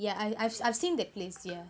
yeah I I've I've seen that place yeah